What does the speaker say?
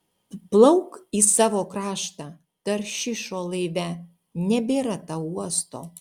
plauk į savo kraštą taršišo laive nebėra tau uosto